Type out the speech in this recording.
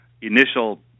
initial